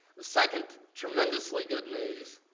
the second tremendously good news,